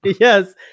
yes